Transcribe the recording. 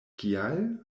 kial